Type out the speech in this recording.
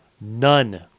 none